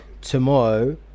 tomorrow